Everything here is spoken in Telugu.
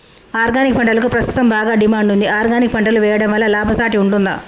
ఆర్గానిక్ పంటలకు ప్రస్తుతం బాగా డిమాండ్ ఉంది ఆర్గానిక్ పంటలు వేయడం వల్ల లాభసాటి ఉంటుందా?